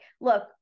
look